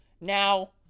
Now